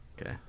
Okay